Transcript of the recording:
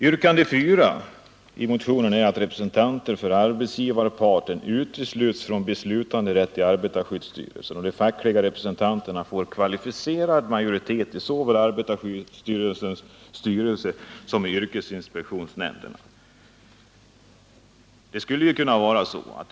Yrkande 4 i motionen innebär att representanter för arbetsgivarparten utesluts från beslutanderätt i arbetarskyddsstyrelsen och att de fackliga representanterna får kvalificerad majoritet i såväl arbetarskyddsverkets styrelse som yrkesinspektionsnämnderna.